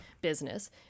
business